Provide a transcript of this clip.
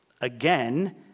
Again